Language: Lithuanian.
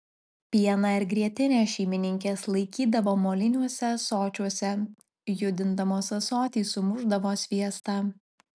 pieną ir grietinę šeimininkės laikydavo moliniuose ąsočiuose judindamos ąsotį sumušdavo sviestą